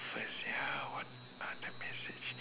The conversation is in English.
first ya what are the message